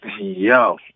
yo